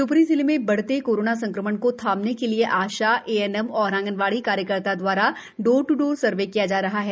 शिवप्री जिले में बढ़ते कोरोना संक्रमण को थामने के लिए आशा एएनएम तथा आंगनवाड़ी कार्यकर्ता दवारा डोर ट्र डोर सर्वे किया जा रहा है